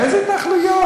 איזה התנחלויות?